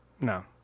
no